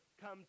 come